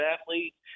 athletes